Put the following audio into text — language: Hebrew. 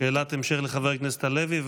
לחבר הכנסת הלוי,